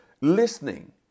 listening